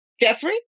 Jeffrey